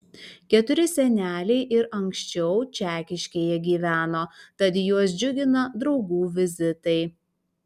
keturi seneliai ir anksčiau čekiškėje gyveno tad juos džiugina draugų vizitai